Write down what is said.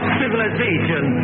civilization